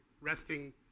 Resting